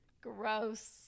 Gross